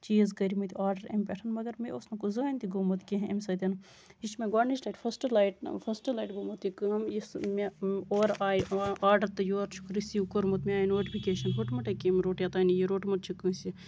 چیٖز کٔرمٕتۍ آرڈر اَمہِ پٮ۪ٹھ مَگر مےٚ اوس نہٕ زٔہنۍ تہِ گومُت کیٚنٛہہ اَمہِ سۭتۍ یہِ چھُ مےٚ گۄڈٕنِچہِ لَٹہِ فٔسٹ فٔسٹ لَٹہِ گوٚمُت یہِ کٲم یُس مےٚ اورٕ آیہِ آرڈر تہٕ یورٕ چھُکھ رٔسیٖو کوٚرمُت مےٚ آیہِ نونِفِکیشَن ہُٹ مُٹُے کٔمۍ روٚٹ یوتام نہٕ یہِ روٚٹمُت چھُ کٲنسہِ